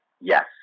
yes